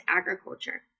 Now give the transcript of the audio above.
agriculture